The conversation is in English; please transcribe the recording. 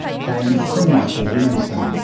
came from michael williamson.